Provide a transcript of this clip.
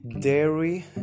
dairy